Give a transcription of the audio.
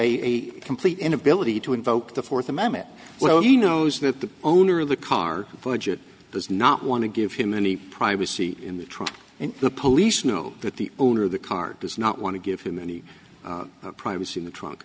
a complete inability to invoke the fourth amendment well he knows that the owner of the car forgit does not want to give him any privacy in the truck and the police know that the owner of the car does not want to give him any privacy in the trunk